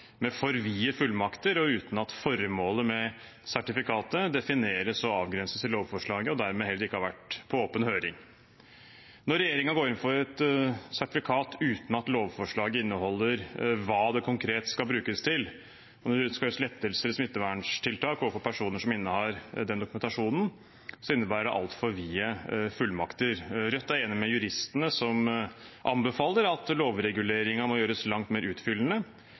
med for vide fullmakter og uten at formålet med sertifikatet defineres og avgrenses i lovforslaget, og dermed har det heller ikke vært på åpen høring. Når regjeringen går inn for et sertifikat uten at lovforslaget inneholder hva det konkret skal brukes til – om det skal gjøres lettelser i smitteverntiltak overfor personer som innehar den dokumentasjonen – innebærer det altfor vide fullmakter. Rødt er enig med juristene som anbefaler at lovreguleringen må gjøres langt mer utfyllende,